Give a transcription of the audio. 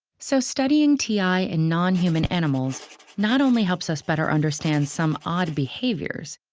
so, studying ti in non-human animals not only helps us better understand some odd behaviors,